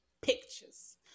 pictures